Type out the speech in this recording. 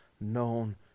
known